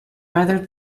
rather